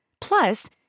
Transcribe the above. Plus